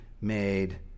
made